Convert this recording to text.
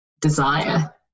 desire